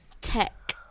tech